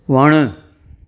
वणु